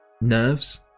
nerves